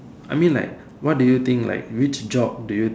I mean like what do you think like which job do you